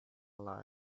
life